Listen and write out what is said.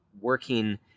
working